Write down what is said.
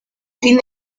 fin